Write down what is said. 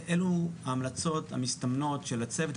אלו ההמלצות המסתמנות של הצוות,